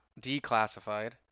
Declassified